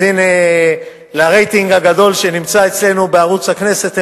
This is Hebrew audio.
אז הנה לרייטינג הגדול שנמצא אצלנו בערוץ-הכנסת,